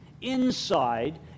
inside